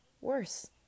worse